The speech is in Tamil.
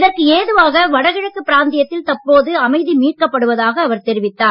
இதற்கு ஏதுவாக வடகிழக்கு பிராந்தியத்தில் தற்போது அமைதி மீட்கப்படுவதாக அவர் தெரிவித்தார்